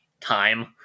time